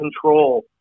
control